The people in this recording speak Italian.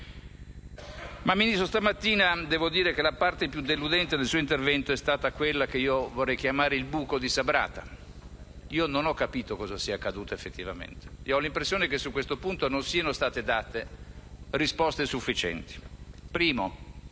Ministro, devo dire che stamattina la parte più deludente del suo intervento è stata quella che io vorrei definire «il buco di Sabrata». Non ho capito cosa sia accaduto effettivamente ed ho l'impressione che su questo punto non siano state date risposte sufficienti. In primo